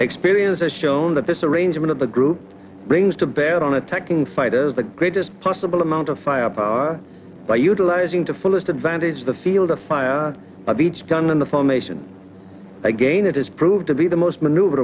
experience has shown that this arrangement of the group brings to bear on attacking fighters the greatest possible amount of firepower by utilizing to fullest advantage the field of fire of each gun in the formation again it is proved to be the most maneuver